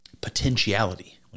potentiality